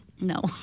No